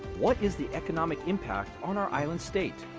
what is the economic impact on our island state?